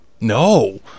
No